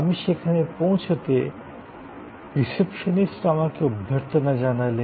আমি সেখানে পৌঁছতে রিসেপশনিস্ট আমাকে অভ্যর্থনা জানালেন